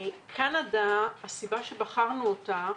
הסיבה שבחרנו את קנדה,